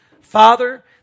Father